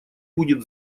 будет